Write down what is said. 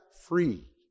free